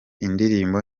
indirimbo